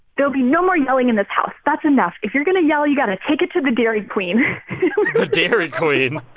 there'll be no more yelling in this house. that's enough. if you're going to yell, you've got to take it to the dairy queen dairy queen.